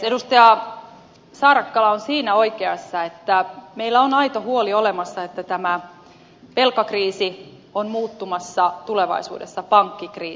edustaja saarakkala on siinä oikeassa että meillä on aito huoli olemassa että tämä velkakriisi on muuttumassa tulevaisuudessa pankkikriisiksi